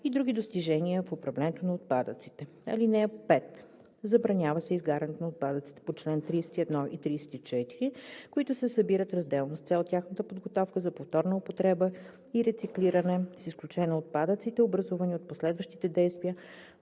и други достижения в управлението на отпадъците. (5) Забранява се изгарянето на отпадъците по чл. 31 и 34, които се събират разделно с цел тяхната подготовка за повторна употреба и рециклиране, с изключение на отпадъците, образувани от последващите действия